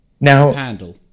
Now